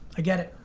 i get it.